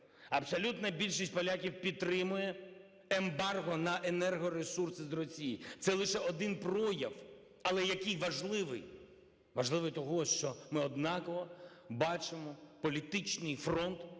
Абсолютна більшість поляків підтримує ембарго на енергоресурси з Росії. Це лише один прояв, але який важливий. Важливий того, що ми однаково бачимо політичний фронт